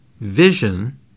Vision